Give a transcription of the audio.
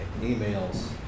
emails